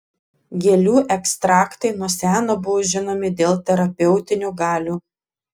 gėlių ekstraktai nuo seno buvo žinomi dėl terapeutinių galių